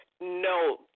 No